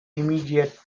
immediate